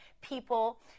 people